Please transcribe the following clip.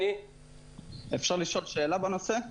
אפשר לשאול שאלה בנושא?